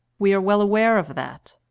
we are well aware of that.